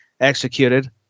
executed